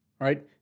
right